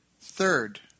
Third